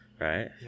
Right